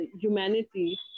humanity